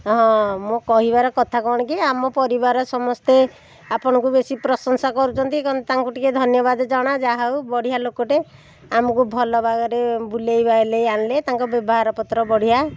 ହଁ ମୁଁ କହିବାର କଥା କ'ଣ କି ଆମ ପରିବାର ସମସ୍ତେ ଆପଣଙ୍କୁ ବେଶି ପ୍ରଶଂସା କରୁଛନ୍ତି କ'ଣ ତାଙ୍କୁ ଟିକିଏ ଧନ୍ୟବାଦ ଜଣା ଯା ହଉ ବଢ଼ିଆ ଲୋକଟିଏ ଆମକୁ ଭଲ ବାଗରେ ବୁଲେଇବାଲେଇ ଆଣିଲେ ତାଙ୍କ ବ୍ୟବହାର ପତ୍ର ବଢ଼ିଆ